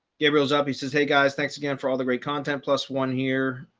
gabriel's up he says, hey, guys, thanks again, for all the great content plus one here.